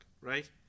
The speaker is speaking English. right